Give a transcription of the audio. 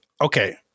Okay